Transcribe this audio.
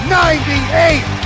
98